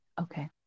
Okay